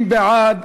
30 בעד,